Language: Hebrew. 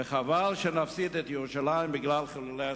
וחבל שנפסיד את ירושלים בגלל חילולי השבת.